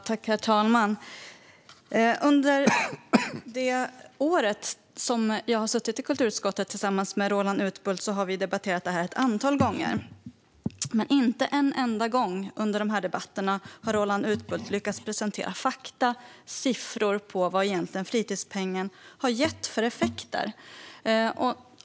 Herr talman! Under det år jag har suttit i kulturutskottet tillsammans med Roland Utbult har vi debatterat dessa frågor ett antal gånger, men inte en enda gång under dessa debatter har Roland Utbult lyckats presentera fakta - siffror - på vad fritidspengen egentligen har gett för effekter.